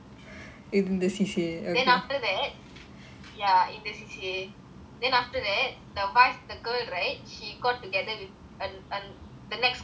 then after that ya in the C_C_A then after that the vice the girl right she got together with a a a the next committee's vice president